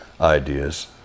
ideas